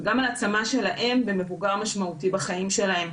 וגם על הצמא שלהם במבוגר משמעותי בחיים שלהם.